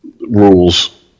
rules